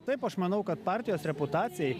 taip aš manau kad partijos reputacijai